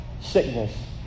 Sickness